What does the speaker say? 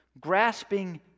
Grasping